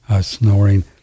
snoring